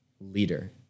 leader